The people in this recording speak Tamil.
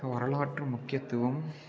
வரலாற்று முக்கியத்துவம்